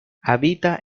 habita